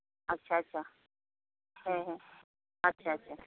ᱟᱪᱪᱷᱟ ᱟᱪᱪᱷᱟ ᱦᱮᱸ ᱦᱮᱸ ᱟᱪᱪᱷᱟ ᱟᱪᱪᱷᱟ ᱦᱩᱸ ᱦᱩᱸ ᱦᱩᱸ